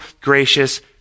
gracious